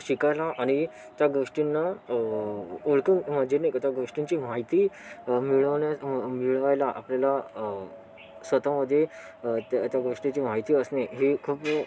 शिकायला आणि त्या गोष्टींना ओळखू म्हणजे नाही का त्या गोष्टींची माहिती मिळवण्यास मिळवायला आपल्याला स्वत मध्ये त्या त्या गोष्टीची माहिती असणे ही खूप